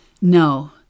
No